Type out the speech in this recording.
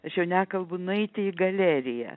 aš jau nekalbu nueiti į galeriją